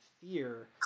fear